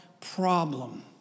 problem